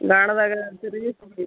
ಗಾಣದಾಗ ತಿರುಗಿಸಿ